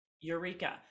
eureka